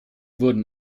wurden